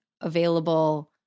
available